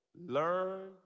learn